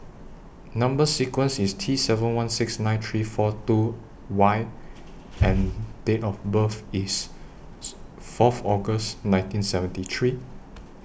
Number sequence IS T seven one six nine three four two Y and Date of birth IS Fourth August nineteen seventy three